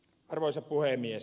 arvoisa puhemies